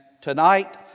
tonight